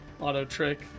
auto-trick